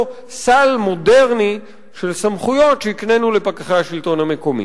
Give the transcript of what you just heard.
סל מודרני של סמכויות שהקנינו לפקחי השלטון המקומי.